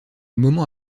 moment